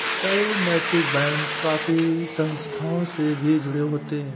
कई नैतिक बैंक काफी संस्थाओं से भी जुड़े होते हैं